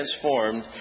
transformed